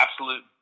absolute